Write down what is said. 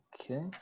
Okay